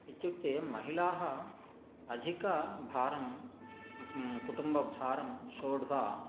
इत्युक्ते महिलाः अधिकभारं कुटुम्बभारं सोढ्वा